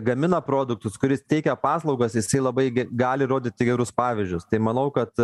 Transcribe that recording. gamina produktus kuris teikia paslaugas jisai labai gali rodyti gerus pavyzdžius tai manau kad